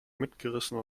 mitgerissen